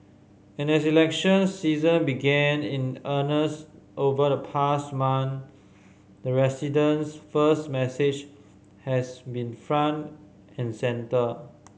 and as election season began in earnest over the past month the residents first message has been front and centre